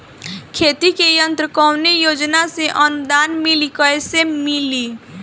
खेती के यंत्र कवने योजना से अनुदान मिली कैसे मिली?